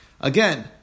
Again